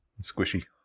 squishy